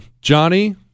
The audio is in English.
Johnny